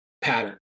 pattern